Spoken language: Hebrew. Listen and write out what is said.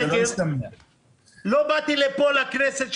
לא באתי לפה לכנסת,